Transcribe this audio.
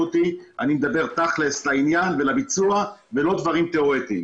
אותי אני מדבר תכלס לעניין ולביצוע ולא דברים תאורטיים.